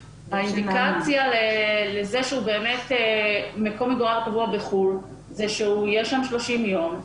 האינדיקציה לזה שמקום מגוריו הקבוע בחו"ל זה שהוא יהיה שם 30 ימים.